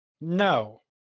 No